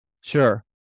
Sure